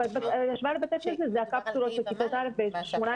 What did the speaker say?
ההשוואה לבתי הכנסת אלה הקפסולות של כיתות א'-ד' עם 18